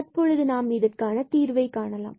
எனவே தற்போது நாம் இந்த தீர்வை காணலாம்